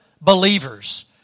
believers